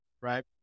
Right